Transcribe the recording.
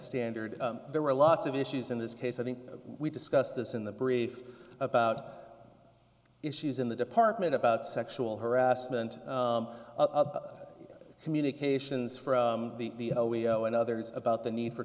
standard there were lots of issues in this case i think we discussed this in the brief about issues in the department about sexual harassment of communications for the and others about the need for